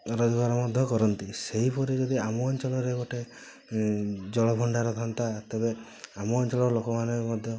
ରୋଜଗାର ମଧ୍ୟ କରନ୍ତି ସେହିପରି ଯଦି ଆମ ଅଞ୍ଚଳରେ ଗୋଟେ ଜଳଭଣ୍ଡାର ଥାନ୍ତା ତେବେ ଆମ ଅଞ୍ଚଳର ଲୋକମାନେ ମଧ୍ୟ